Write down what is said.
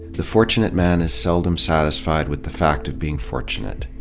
the fortunate man is seldom satisfied with the fact of being fortunate.